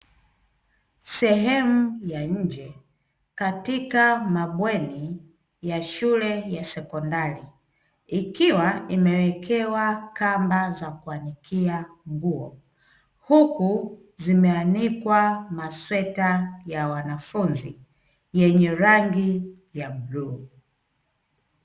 Sehemu ya nje katika mabweni ya shule ya sekondari, ikiwa imeekewa kamba ya kuanikia nguo huku zimeanikwa masweta ya wanafunzi yenye rangi ya bluu.